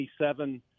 27